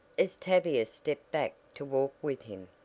as tavia stepped back to walk with him,